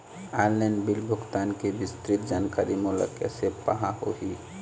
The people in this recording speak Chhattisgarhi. ऑनलाइन बिल भुगतान के विस्तृत जानकारी मोला कैसे पाहां होही?